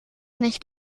nicht